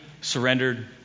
surrendered